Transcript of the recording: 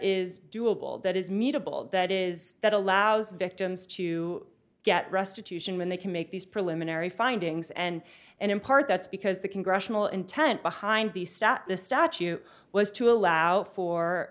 mutable that is that allows victims to get restitution when they can make these preliminary findings and and in part that's because the congressional intent behind the status statue was to allow for